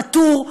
פטור,